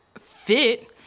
fit